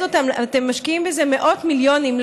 אתם משקיעים בזה מאות מיליונים,